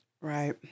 Right